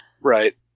Right